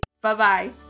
Bye-bye